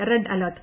red alert